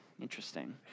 Interesting